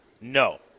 No